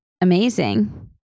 amazing